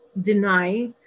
deny